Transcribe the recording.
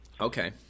Okay